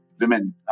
women